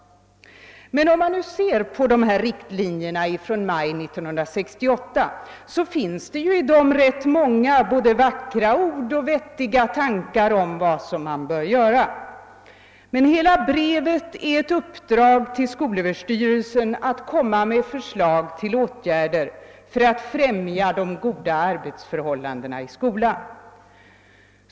Om man nu ser på dessa riktlinjer från maj månad 1968, så finner man i dem rätt många både vackra ord och vettiga tankar om vad som bör göras, men hela brevet är ett uppdrag till skolöverstyrelsen att komma med förslag till åtgärder för att främja de goda arbetsförhållandena i skolan.